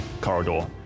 corridor